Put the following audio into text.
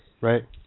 Right